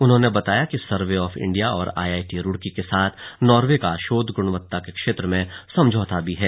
उन्होंने बताया कि सर्वे ऑफ इंडिया और आई आईटी रूड़की के साथ नॉर्वे का शोध गुणवत्ता के क्षेत्र में समझौता भी है